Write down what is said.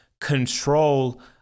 control